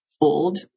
old